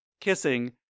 kissing